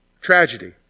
Tragedy